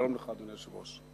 שלום לך, אדוני היושב-ראש.